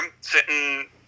sitting